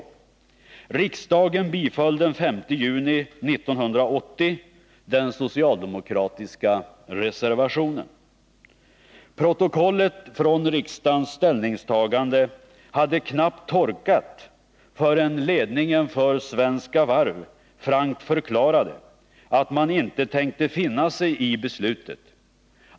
Tryckfärgen i protokollet över riksdagens ställningstagande hade knappast torkat förrän ledningen för Svenska Varv frankt förklarade att man inte tänkte finna sig i beslutet.